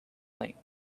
length